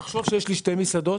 תחשוב שיש לי שתי מסעדות,